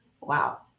wow